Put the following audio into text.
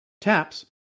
Taps